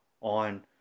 on